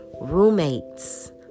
roommates